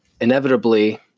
inevitably